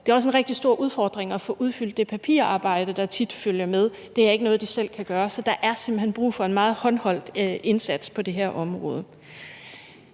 det er også en rigtig stor udfordring at få udfyldt det papirarbejde, der tit følger med. Det er ikke noget, de selv kan gøre. Så der er simpelt hen brug for en meget håndholdt indsats på det her område.